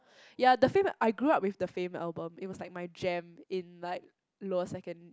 ya the Fame I grew up with the Fame album it was like my jam in like lower second